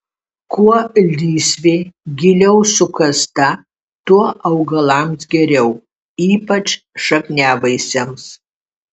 kuo lysvė giliau sukasta tuo augalams geriau ypač šakniavaisiams